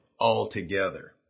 altogether